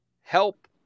help